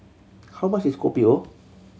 how much is Kopi O